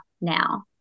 now